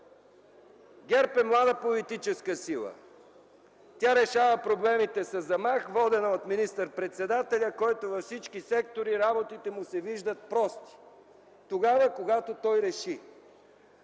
ГЕРБ е млада политическа сила. Тя решава проблемите със замах, водена от министър-председателя, на който във всички сектори работите му се виждат прости – тогава, когато той реши.